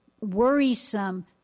worrisome